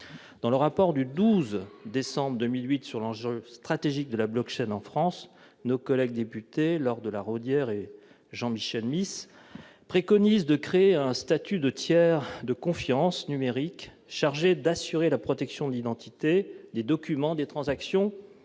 Dans leur rapport du 12 décembre 2018 sur l'enjeu stratégique de la en France, nos collègues députés Laure de La Raudière et Jean-Michel Mis préconisent de créer un statut de tiers de confiance numérique, chargé d'assurer la protection de l'identité, des documents, des transactions